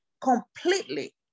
completely